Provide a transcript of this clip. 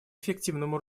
эффективному